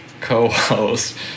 co-host